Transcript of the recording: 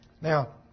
Now